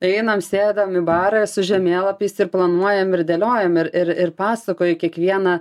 einam sėdam į barą su žemėlapiais ir planuojam ir dėliojam ir ir ir pasakoji kiekvieną